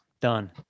done